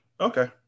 Okay